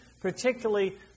particularly